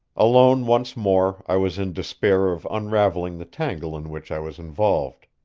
alone once more i was in despair of unraveling the tangle in which i was involved.